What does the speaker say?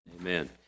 Amen